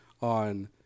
on